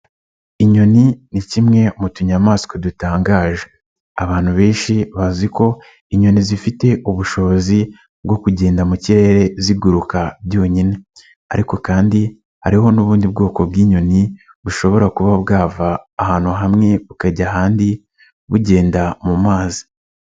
Inyoni ni kimwe mu tuyamaswa dutangaje. Abantu benshi bazi ko inyoni zifite ubushobozi bwo kugenda mu kirere ziguruka byonyine ariko kandi hariho n'ubundi bwoko bw'inyoni bushobora kuba bwava ahantu hamwe bukajya ahandi bugenda mu mazi.